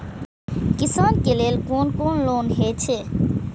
किसान के लेल कोन कोन लोन हे छे?